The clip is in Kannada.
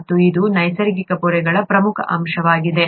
ಮತ್ತು ಇದು ನೈಸರ್ಗಿಕ ಪೊರೆಗಳ ಪ್ರಮುಖ ಅಂಶವಾಗಿದೆ